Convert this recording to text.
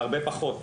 על הרבה פחות,